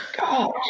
God